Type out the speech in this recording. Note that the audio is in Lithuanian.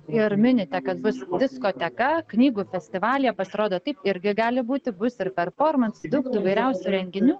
ir minite kad bus diskoteka knygų festivalyje pasirodo taip irgi gali būti bus ir performansų daug tų įvairiausių renginių